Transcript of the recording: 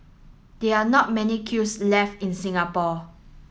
there are not many kilns left in Singapore